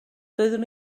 doeddwn